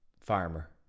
farmer